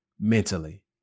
mentally